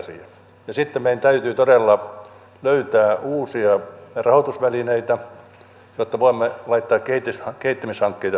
sitten meidän täytyy todella löytää uusia rahoitusvälineitä jotta voimme laittaa kehittämishankkeita liikkeelle